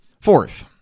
Fourth